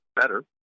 better